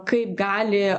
kaip gali